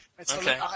Okay